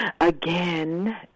again